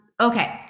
okay